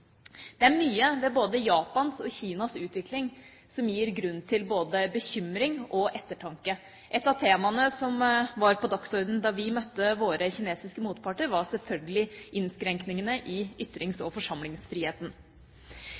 Det er mye ved Japans og Kinas utvikling som gir grunn til både bekymring og ettertanke. Ett av temaene som var på dagsordenen da vi møtte våre kinesiske motparter, var selvfølgelig innskrenkningene i ytrings- og forsamlingsfriheten.